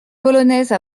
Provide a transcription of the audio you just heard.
polonaise